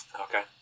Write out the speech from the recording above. Okay